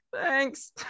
Thanks